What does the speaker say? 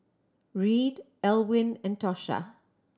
Reid Elwyn and Tosha